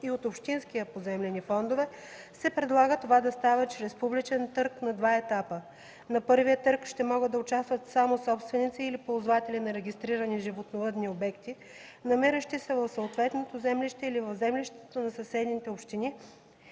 и от общинския поземлени фондове се предлага това да става чрез публичен търг на два етапа. На първия търг ще могат да участват само собственици или ползватели на регистрирани животновъдни обекти, намиращи се в съответното землище или в землищата на съседните общини,